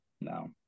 no